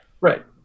Right